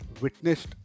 witnessed